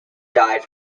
died